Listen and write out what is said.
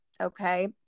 Okay